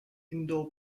indoor